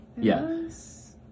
yes